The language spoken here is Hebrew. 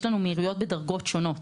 מהירויות בדרגות שונות